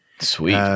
Sweet